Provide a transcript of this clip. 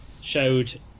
showed